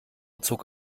zog